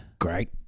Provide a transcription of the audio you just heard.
Great